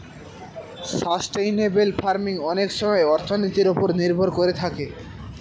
sustainable farming অনেক সময় অর্থনীতির ওপর নির্ভর করে থাকে